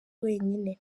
wenyine